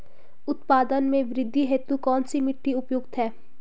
उत्पादन में वृद्धि हेतु कौन सी मिट्टी उपयुक्त है?